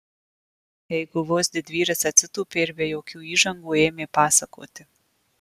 eiguvos didvyris atsitūpė ir be jokių įžangų ėmė pasakoti